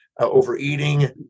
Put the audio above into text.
overeating